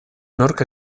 nork